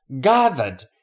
gathered